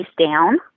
down